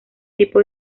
tipo